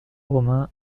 romains